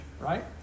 right